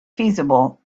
feasible